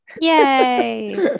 Yay